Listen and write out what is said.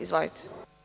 Izvolite.